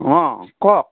অঁ কওক